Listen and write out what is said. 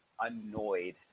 annoyed